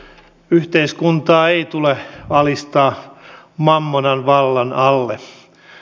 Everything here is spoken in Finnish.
yhteiskuntaa ei tule alistaa mammonan vallan alle